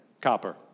Copper